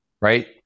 right